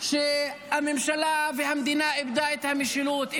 שהממשלה והמדינה איבדו את המשילות,